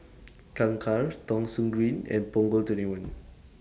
Kangkar Thong Soon Green and Punggol twenty one